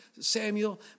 Samuel